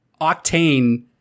Octane